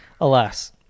Alas